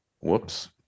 Whoops